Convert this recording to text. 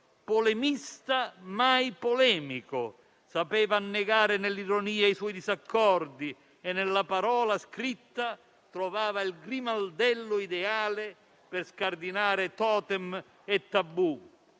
polemista, ma mai polemico; sapeva negare nell'ironia i suoi disaccordi e nella parola scritta trovava il grimaldello ideale per scardinare totem e tabù.